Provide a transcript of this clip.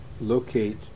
locate